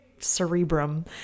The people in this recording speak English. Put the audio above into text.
cerebrum